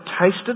tasted